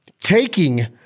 taking